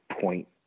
point –